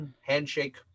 handshake